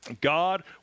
God